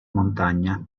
montagna